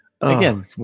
Again